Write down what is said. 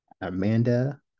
Amanda